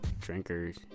drinkers